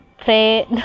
pray